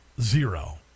Zero